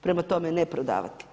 Prema tome, ne prodavati.